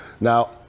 Now